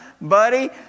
buddy